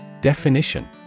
Definition